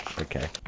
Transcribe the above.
Okay